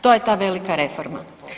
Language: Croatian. To je ta velika reforma.